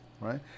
right